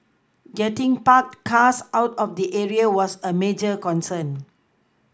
getting parked cars out of the area was a major concern